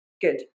good